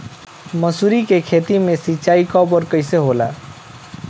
मसुरी के खेती में सिंचाई कब और कैसे होला?